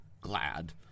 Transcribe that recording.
glad